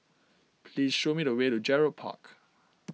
please show me the way to Gerald Park